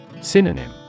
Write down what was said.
Synonym